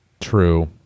True